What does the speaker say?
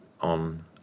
on